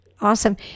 Awesome